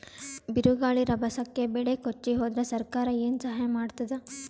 ಬಿರುಗಾಳಿ ರಭಸಕ್ಕೆ ಬೆಳೆ ಕೊಚ್ಚಿಹೋದರ ಸರಕಾರ ಏನು ಸಹಾಯ ಮಾಡತ್ತದ?